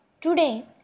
Today